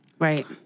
right